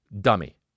dummy